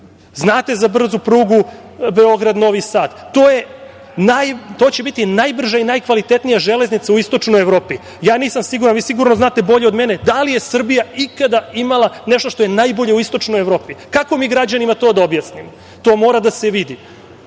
danas. Znate za brzu prugu Beograd-Novi Sad. To će biti najbrža i najkvalitetnija železnica u istočnoj Evropi. Ja nisam siguran, vi to sigurno znate bolje od mene, da li je Srbija ikada imala nešto što je najbolje u istočnoj Evropi? Kako mi građanima to da objasnimo? To mora da se